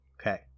Okay